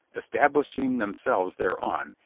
establishing themselves thereon,